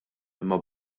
imma